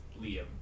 Liam